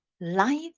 life